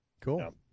Cool